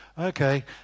Okay